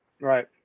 Right